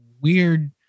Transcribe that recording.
weird